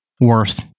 worth